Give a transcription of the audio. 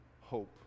hope